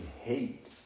hate